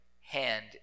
hand